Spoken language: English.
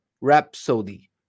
Rhapsody